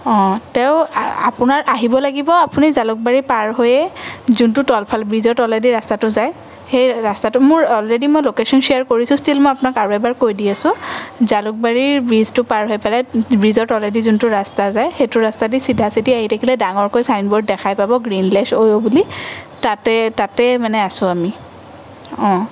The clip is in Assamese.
তেওঁ আপোনাৰ আহিব লাগিব আপুনি জালুকবাৰী পাৰ হৈয়ে যোনটো তলফাল ব্ৰিজৰ তলেদি ৰাস্তাটো যায় সেই ৰাস্তাটো মোৰ অলৰেদি মই ল'কেচন শ্বেয়াৰ কৰিছোঁ ষ্টিল মই আপোনাক আৰু এবাৰ কৈ দি আছোঁ জালুকবাৰীৰ ব্ৰিজটো পাৰ হৈ পেলাই ব্ৰিজৰ তলেদি যোনটো ৰাস্তা যায় সেইটো ৰাস্তাদি চিধা চিধি আহি থাকিলে ডাঙৰকৈ ছাইনবৰ্ড দেখাই পাব গ্ৰীণলেছ অয়ো বুলি তাতে তাতে মানে আছোঁ আমি অঁ